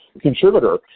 contributor